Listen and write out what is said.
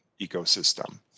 ecosystem